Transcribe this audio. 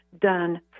done